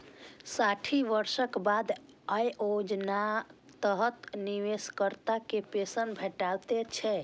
साठि वर्षक बाद अय योजनाक तहत निवेशकर्ता कें पेंशन भेटतै